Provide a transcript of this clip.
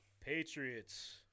Patriots